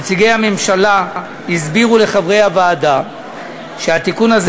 נציגי הממשלה הסבירו לחברי הוועדה שהתיקון הזה